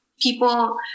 people